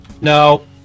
No